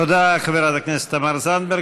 תודה לחברת הכנסת תמר זנדברג.